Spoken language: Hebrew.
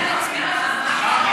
אם היא לא המציעה אז מתחשבים בדעתה?